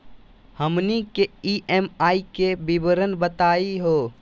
हमनी के ई.एम.आई के विवरण बताही हो?